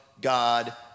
God